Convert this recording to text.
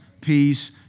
peace